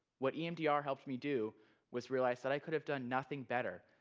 what emdr helped me do was realize that i could have done nothing better,